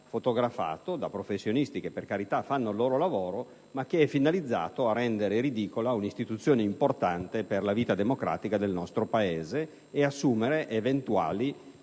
fotografato da professionisti che, per carità, fanno il loro lavoro, ma che finiscono per rendere ridicola un'istituzione importante per la vita democratica del nostro Paese. Chiedo alla